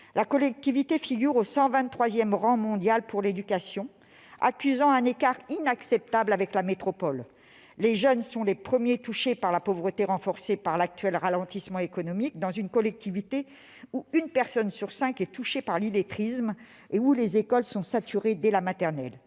la collectivité figure au 123 rang mondial pour l'éducation, accusant un écart inacceptable avec la métropole. Les jeunes sont les premiers touchés par la pauvreté, renforcée par l'actuel ralentissement économique, dans une collectivité où une personne sur cinq est touchée par l'illettrisme et où les écoles sont saturées dès la maternelle.